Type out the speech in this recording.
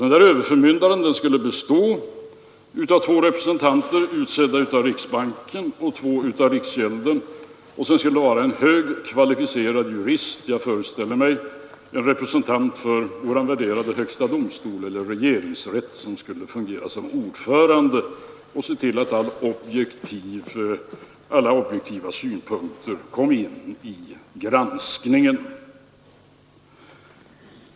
Den överförmyndaren skulle bestå av två representanter utsedda av riksbanken och två representanter utsedda av riksgäldskontoret, och sedan skulle en högt kvalificerad jurist — jag föreställer mig en representant för den värderade högsta domstolen eller regeringsrätten — fungera som ordförande och se till att alla objektiva synpunkter kom fram vid granskningen.